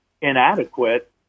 inadequate